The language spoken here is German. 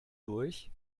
durch